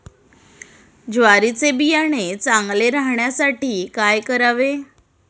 ज्वारीचे बियाणे चांगले राहण्यासाठी काय करावे?